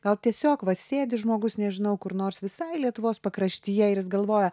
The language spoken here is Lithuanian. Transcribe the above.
gal tiesiog va sėdi žmogus nežinau kur nors visai lietuvos pakraštyje ir jis galvoja